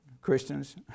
Christians